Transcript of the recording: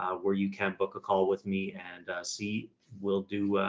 where you can book a call with me and see we'll do, ah,